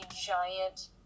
giant